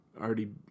already